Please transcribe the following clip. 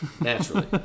naturally